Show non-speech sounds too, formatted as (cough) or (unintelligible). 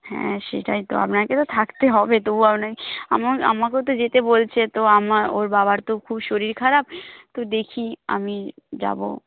হ্যাঁ সেটাই তো আপনাকে তো থাকতে হবে তবু (unintelligible) আমাকেও তো যেতে বলছে তো আমার ওর বাবার তো খুব শরীর খারাপ তো দেখি আমি যাব